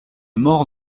mort